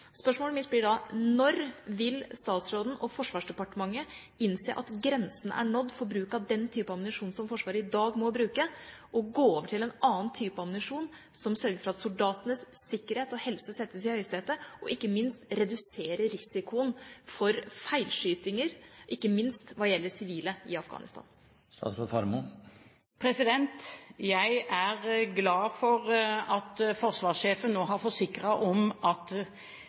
Spørsmålet mitt blir da: Når vil statsråden og Forsvarsdepartementet innse at grensen er nådd for bruk av den type ammunisjon som Forsvaret i dag må bruke, og gå over til en annen type ammunisjon som sørger for at soldatenes sikkerhet og helse settes i høysetet, og som reduserer risikoen for feilskytinger – ikke minst hva gjelder sivile i Afghanistan? Jeg er glad for at forsvarssjefen nå har forsikret om at